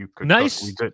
Nice